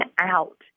out